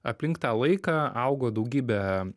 aplink tą laiką augo daugybė